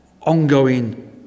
ongoing